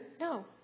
No